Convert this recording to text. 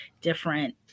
different